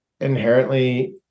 inherently